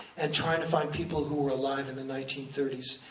and trying to find people who were alive in the nineteen thirty s.